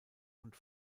und